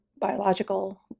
biological